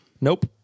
Nope